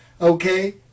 Okay